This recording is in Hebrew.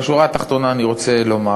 בשורה התחתונה אני רוצה לומר